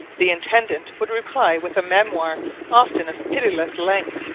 the intendant would reply with a memoire often of pitiless length,